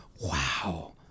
Wow